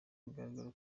bigaragara